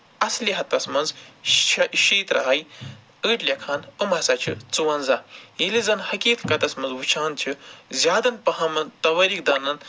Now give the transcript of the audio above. اَصلِحَتَس منٛز شہ شیٚیہِ تٔرٛہ ہَے أڑۍ لٮ۪کھان یِم ہسا چھِ ژُوانٛزاہ ییٚلہِ زَن حٔقیٖقتَس منٛز وٕچھان چھِ زیادَن پَہمَن توٲریٖخ دانن